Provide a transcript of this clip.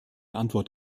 antwort